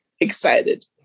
excited